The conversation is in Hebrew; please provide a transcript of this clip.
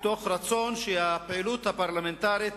מתוך רצון שהפעילות הפרלמנטרית